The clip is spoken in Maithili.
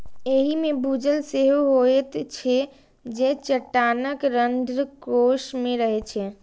एहि मे भूजल सेहो होइत छै, जे चट्टानक रंध्रकोश मे रहै छै